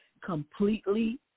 completely